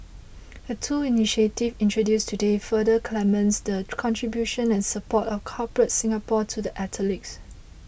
the two initiatives introduced today further cements the contribution and support of Corporate Singapore to the athletes